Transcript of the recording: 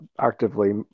actively